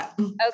Okay